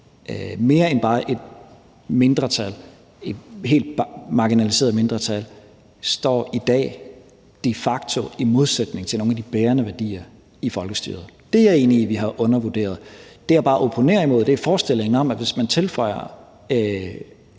mere end bare et helt marginaliseret mindretal af indvandrere fra primært Mellemøsten i dag de facto står i modsætning til nogle af de bærende værdier i folkestyret. Det er jeg enig i at vi har undervurderet. Det, jeg bare opponerer imod, er forestillingen om, at hvis man tilføjer